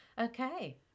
okay